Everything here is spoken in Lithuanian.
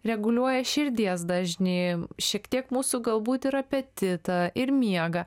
reguliuoja širdies dažnį šiek tiek mūsų galbūt ir apetitą ir miegą